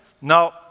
No